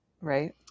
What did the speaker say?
Right